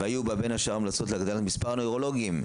והיו בה בין השאר המלצות להגדלת מספר הנוירולוגים,